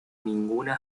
ninguna